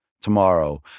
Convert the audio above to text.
Tomorrow